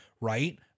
Right